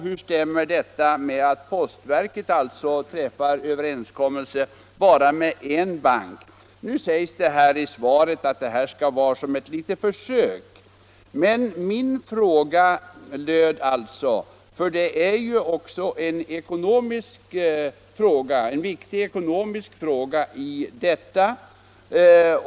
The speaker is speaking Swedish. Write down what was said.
Hur kommer det sig att postverket träffar en överenskom 23 melse med bara en bank? Det sägs nu i svaret att den här serviceverksamheten skall bedrivas på försök. Detta är naturligtvis också en viktig ekonomisk fråga.